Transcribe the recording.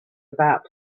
about